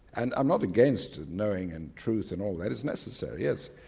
and i'm not against knowing and truth and all that, it's necessary, yes,